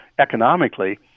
economically